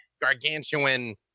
gargantuan